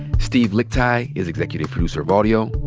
steve lickteig is executive producer of audio.